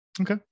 Okay